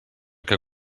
que